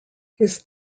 his